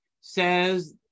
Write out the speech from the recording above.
says